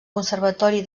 conservatori